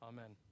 Amen